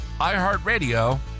iHeartRadio